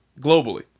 Globally